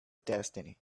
destiny